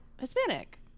Hispanic